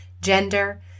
gender